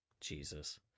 jesus